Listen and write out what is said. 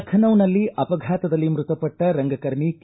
ಲಖನೌನಲ್ಲಿ ಅಪಘಾತದಲ್ಲಿ ಮೃತಪಟ್ಟ ರಂಗಕರ್ಮಿ ಕೆ